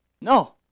No